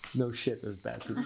no, shit there's bats